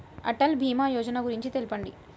అటల్ భీమా యోజన గురించి తెలుపండి?